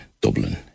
Dublin